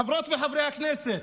חברות וחברי הכנסת,